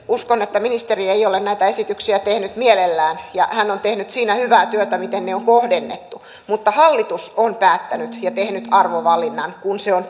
uskon että ministeri ei ole näitä esityksiä tehnyt mielellään ja hän on tehnyt siinä hyvää työtä miten ne on kohdennettu mutta hallitus on päättänyt ja tehnyt arvovalinnan kun se on